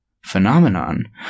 Phenomenon